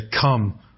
Come